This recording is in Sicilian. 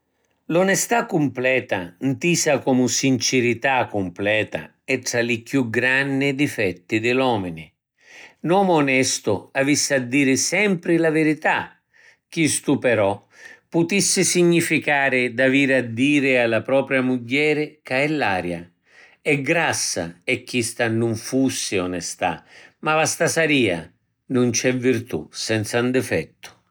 L’onestà cumpleta ntisa comu sincirità cumpleta è tra li chiù granni difetti di l’omini. ‘N’omu onestu avissi a diri sempri la virità. Chistu però putissi significari d’aviri a diri a la propria mugghieri ca è laria e grassa e chista nun fussi onestà, ma vastasaria. Nun c’è virtù senza ‘n difettu.